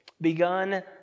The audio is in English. begun